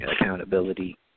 accountability